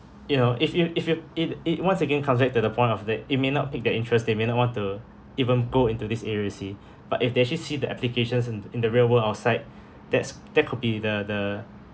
you know if you if you it it once again comes back to the point of it it may not pique their interest they may not want to even go into these areas you see but if they actually see the applications in in the real world outside that's that could be the the